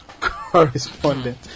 correspondent